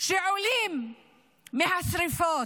שעולים מהשריפות.